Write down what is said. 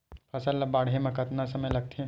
फसल ला बाढ़े मा कतना समय लगथे?